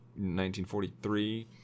1943